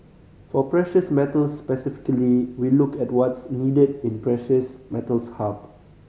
for precious metals specifically we look at what's needed in precious metals hub